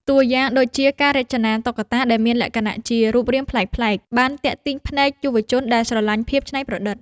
តួយ៉ាងដូចជា ការរចនាតុក្កតាដែលមានលក្ខណៈជា រូបរាងប្លែកៗ បានទាក់ទាញភ្នែកយុវជនដែលស្រឡាញ់ភាពច្នៃប្រឌិត។